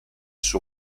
suo